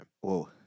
Whoa